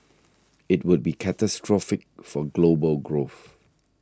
it would be catastrophic for global growth